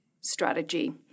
strategy